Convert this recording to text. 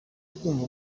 twumva